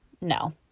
no